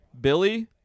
Billy